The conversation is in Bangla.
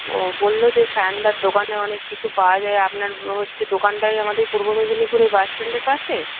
ও বলল যে সায়নদার দোকানে অনেক কিছু পাওয়া যায় আপনার হচ্ছে দোকানটা ওই আমাদের ওই পূর্ব মেদিনীপুরে বাস স্ট্যান্ডের পাশে